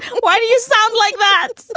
why do you sound like that?